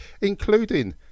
including